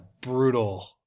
brutal